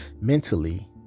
mentally